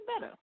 better